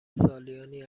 سالیانی